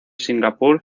singapur